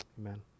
Amen